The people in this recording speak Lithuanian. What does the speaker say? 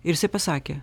ir pasakė